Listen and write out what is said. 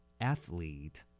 athlete